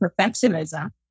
perfectionism